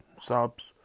subs